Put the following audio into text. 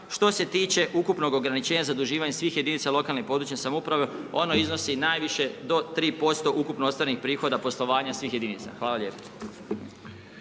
Što se tiče ukupnog ograničenja zaduživanja svih jedinica lokalne i područne samouprave, ono iznosi najviše do 3% ukupno ostvarenih prihoda poslovanja svih jedinica. Hvala lijepo.